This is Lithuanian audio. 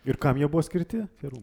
ir kam jie buvo skirti tie rūmai